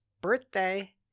birthday